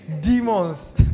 demons